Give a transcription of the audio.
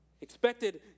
expected